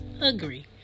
agree